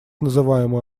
называемую